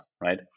right